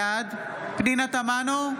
בעד פנינה תמנו,